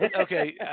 Okay